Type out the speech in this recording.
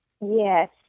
Yes